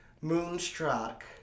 Moonstruck